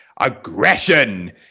aggression